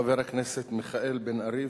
חבר הכנסת מיכאל בן-ארי,